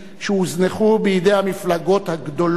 שהוזנחו בידי המפלגות הגדולות